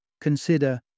consider